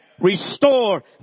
Restore